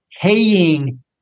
paying